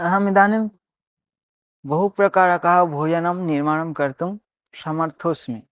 अहम् इदानीं बहुप्रकारकः भोजनं निर्माणं कर्तुं समर्थोस्मि